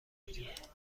کرد